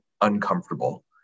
uncomfortable